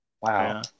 wow